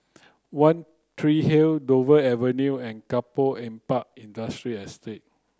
One Tree Hill Dover Avenue and Kampong Ampat Industrial Estate